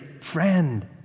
friend